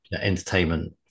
entertainment